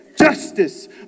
Justice